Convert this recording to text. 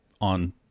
on